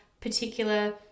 particular